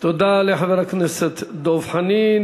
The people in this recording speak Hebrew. תודה לחבר הכנסת דב חנין.